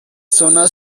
zona